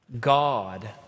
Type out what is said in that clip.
God